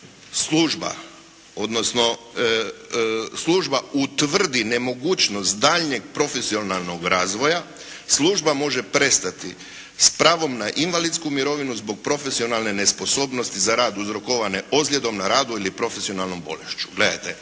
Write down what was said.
služba odnosno služba utvrdi nemogućnost daljnjeg profesionalnog razvoja služba može prestati s pravom na invalidsku mirovinu zbog profesionalne nesposobnosti za rad uzrokovane ozljedom na radu ili profesionalnom bolešću.". Gledajte,